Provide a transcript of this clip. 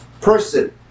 person